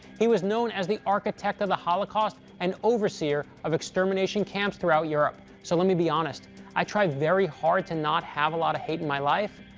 he was known as the architect of the holocaust and overseer of extermination camps throughout europe. so let me be honest i try very hard to not have a lot of hate in my life,